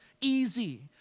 easy